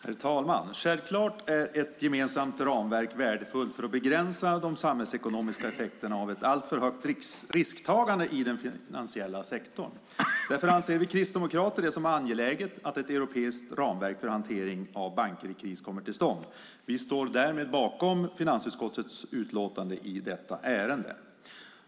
Herr talman! Självklart är ett gemensamt ramverk värdefullt för att begränsa de samhällsekonomiska effekterna av ett alltför högt risktagande i den finansiella sektorn. Därför anser vi Kristdemokrater det som angeläget att ett europeiskt ramverk för hantering av banker i kris kommer till stånd. Vi står därmed bakom finansutskottets utlåtande i detta ärende.